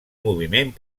moviment